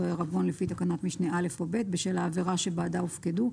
העירבון לפי תקנת משנה (א) או (ב) בשל העבירה שבעדה הופקדו,